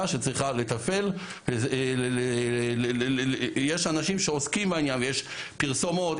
יש אנשים שעוסקים בעניין ויש פרסומות.